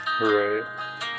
Right